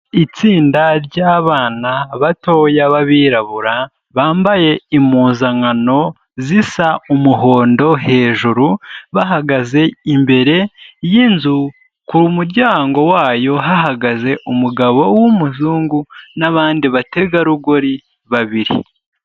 Itsinda ry'abana batoya b'abirabura, bambaye impuzankano zisa umuhondo hejuru, bahagaze imbere y'inzu ku muryango wayo hahagaze umugabo w'umuzungu n'abandi bategarugori babiri.